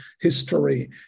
history